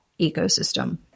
ecosystem